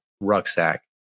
rucksack